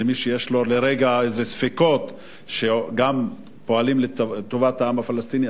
למי שיש לו לרגע איזה ספקות שהם גם פועלים לטובת העם הפלסטיני,